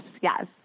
Yes